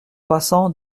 passant